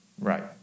Right